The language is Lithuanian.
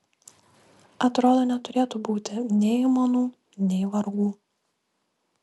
atrodo neturėtų būti nei aimanų nei vargų